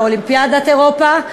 באולימפיאדת אירופה.